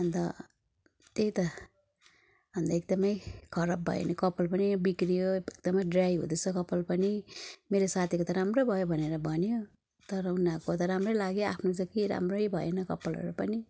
अन्त त्यही त अन्त एकदमै खराब भयो नि कपाल पनि बिग्रियो एकदमै ड्राई हुँदैछ कपाल पनि मेरो साथीको त राम्रै भयो भनेर भन्यो तर उननीहरूको त राम्रै लाग्यो आफ्नो त केही राम्रै भएन कपालहरू पनि